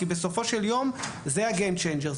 כי בסופו של יום זה הגיים צ'יינג'ר,